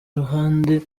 ruhande